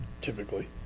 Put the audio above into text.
typically